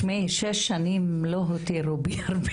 שוב, גם להדגיש עוד